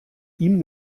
ihm